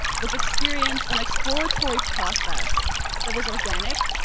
was experience an exploratory process that was organic,